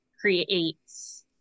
creates